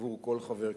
עבור כל חבר כנסת.